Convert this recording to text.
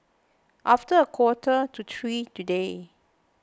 after a quarter to three today